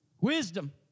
wisdom